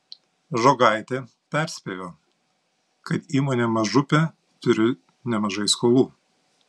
žogaitė perspėjo kad įmonė mažupė turi nemažai skolų